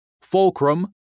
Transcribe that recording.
Fulcrum